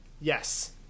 Yes